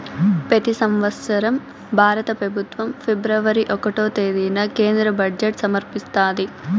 పెతి సంవత్సరం భారత పెబుత్వం ఫిబ్రవరి ఒకటో తేదీన కేంద్ర బడ్జెట్ సమర్పిస్తాది